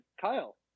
Kyle